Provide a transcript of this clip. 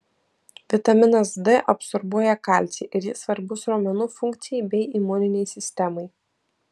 vitaminas d absorbuoja kalcį ir jis svarbus raumenų funkcijai bei imuninei sistemai